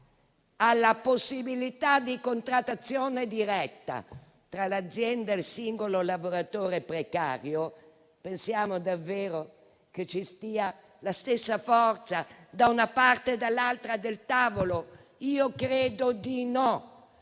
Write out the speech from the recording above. alla possibilità di contrattazione diretta tra l'azienda e il singolo lavoratore precario, pensiamo davvero che ci sia la stessa forza da una parte e dall'altra del tavolo? Io credo di no.